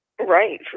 Right